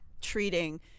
treating